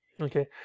okay